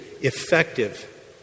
effective